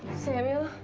samuel?